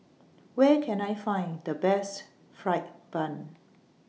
Where Can I Find The Best Fried Bun